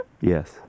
Yes